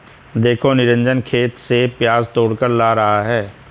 देखो निरंजन खेत से प्याज तोड़कर ला रहा है